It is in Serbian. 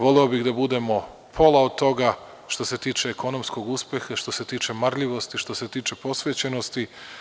Voleo bih da budemo pola od toga što se tiče ekonomskog uspeha, što se tiče marljivosti, što se tiče posvećenosti.